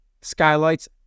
skylights